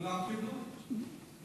כולם קיבלו.